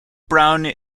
brown